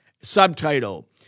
Subtitle